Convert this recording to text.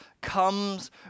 comes